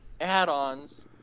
add-ons